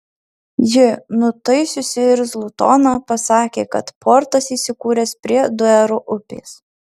ji nutaisiusi irzlų toną pasakė kad portas įsikūręs prie duero upės